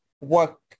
work